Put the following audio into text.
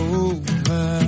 over